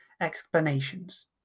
explanations